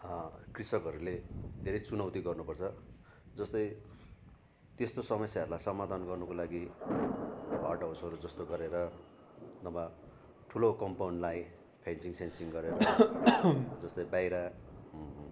कृषकहरूले धेरै चुनौती गर्नुपर्छ जस्तै त्यस्तो समस्याहरूलाई समाधान गर्नुको लागि हट हाउसहरू जस्तो गरेर नभए ठुलो कम्पाउन्डलाई फेन्सिङसेन्सिङ गरेर जस्तै बाहिर